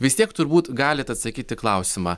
vis tiek turbūt galit atsakyt į klausimą